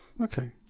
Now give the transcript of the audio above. Okay